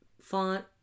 font